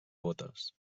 botes